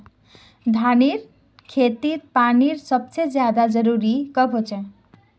धानेर खेतीत पानीर सबसे ज्यादा जरुरी कब होचे?